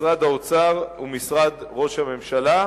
משרד האוצר ומשרד ראש הממשלה.